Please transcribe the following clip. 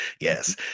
Yes